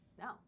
no